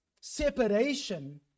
separation